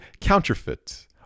counterfeit